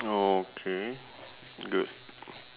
okay good